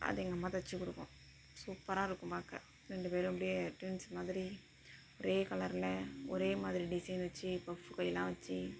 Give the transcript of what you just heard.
அது எங்கள் அம்மா தைச்சிக் கொடுக்கும் சூப்பராயிருக்கும் பார்க்க ரெண்டு பேரும் அப்படியே டிவின்ஸ் மாதிரி ஒரே கலரில் ஒரே மாதிரி டிசைன் வச்சு பஃப்பு கையெல்லாம் வச்சு